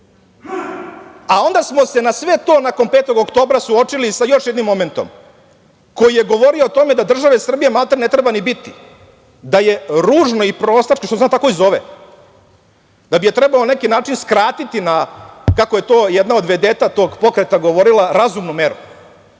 smo se na sve to, nakon 5. oktobra, suočili sa još jednim momentom koji je govorio o tome da države Srbije maltene ne treba ni biti, da je ružno i prostački što se ona tako i zove, da bi je trebalo na neki način skratiti na, kako je to jedan od vedeta tog pokreta govorila, razumnu meru.